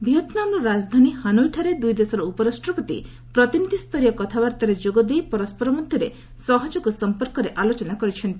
ଭିଏତ୍ନାମ୍ର ରାଜଧାନୀ ହାନୋଇଠାରେ ଦୁଇ ଦେଶର ଉପରାଷ୍ଟ୍ରପତି ପ୍ରତିନିଧିଷରୀୟ କଥାବାର୍ତ୍ତାରେ ଯୋଗଦେଇ ପରସ୍କର ମଧ୍ୟରେ ସହଯୋଗ ସଂପର୍କରେ ଆଲୋଚନା କରିଛନ୍ତି